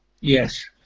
Yes